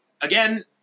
again